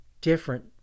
different